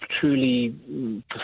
truly